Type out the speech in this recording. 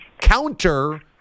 counter